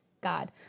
God